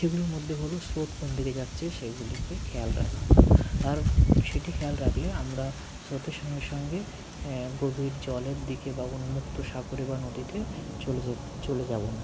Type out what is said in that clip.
সেগুলির মধ্যে হলো স্রোত কোন দিকে যাচ্ছে সেগুলিকে খেয়াল রাখা তার সেটি খেয়াল রাখলে আমরা স্রোতের সঙ্গে সঙ্গে গভীর জলের দিকে বা উন্মুক্ত সাগরে বা নদীতে চলে যে চলে যাবো না